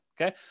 Okay